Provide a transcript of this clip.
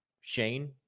shane